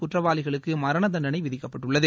குற்றவாளிகளுக்கு மரணதண்டனை விதிக்கப்பட்டுள்ளது